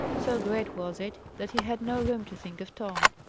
so great was it, that he had no room to think of tom.